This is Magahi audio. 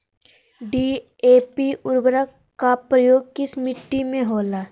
डी.ए.पी उर्वरक का प्रयोग किस मिट्टी में होला?